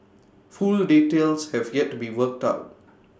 full details have yet to be worked out